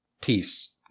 peace